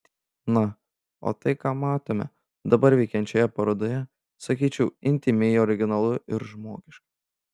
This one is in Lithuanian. na o tai ką matome dabar veikiančioje parodoje sakyčiau intymiai originalu ir žmogiška